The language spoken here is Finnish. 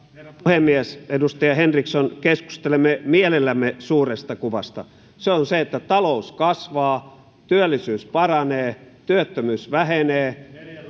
puhemies edustaja henriksson keskustelemme mielellämme suuresta kuvasta se on se että talous kasvaa työllisyys paranee työttömyys vähenee